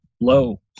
low